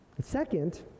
second